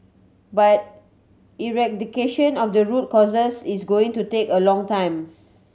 but eradication of the root causes is going to take a long time